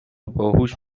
باهوش